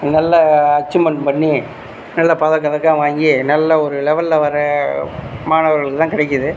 நல்ல அச்சீவ்மண்ட் பண்ணி நல்ல பதக்கம் கிதக்கம்லாம் வாங்கி நல்ல ஒரு லெவெலில் வர மாணவர்களுக்கு தான் கிடைக்கிது